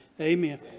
Amen